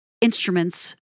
instruments